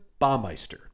Baumeister